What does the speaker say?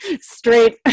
straight